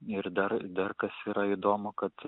ir dar dar kas yra įdomu kad